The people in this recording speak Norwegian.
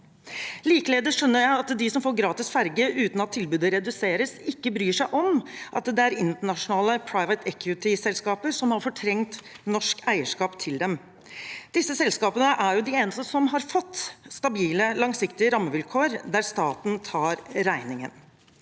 Likeledes skjønner jeg at de som får gratis ferje uten at tilbudet reduseres, ikke bryr seg om at det er internasjonale «private equity»-selskaper som har fortrengt norsk eierskap til dem. Disse selskapene er de eneste som har fått stabile, langsiktige rammevilkår, der staten tar regningen.